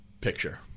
picture